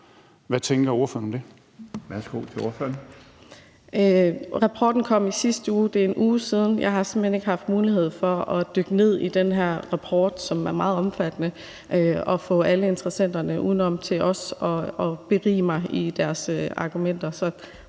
til ordføreren. Kl. 18:40 Sara Emil Baaring (S): Rapporten kom i sidste uge. Det er en uge siden, og jeg har simpelt hen ikke haft mulighed for at dykke ned i den her rapport, som er meget omfattende, eller fået alle interessenterne udenom til også at berige mig med deres argumenter.